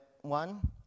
one